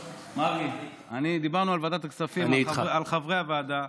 מרגי, דיברנו על ועדת הכספים, על חברי הוועדה.